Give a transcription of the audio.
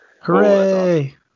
hooray